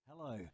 Hello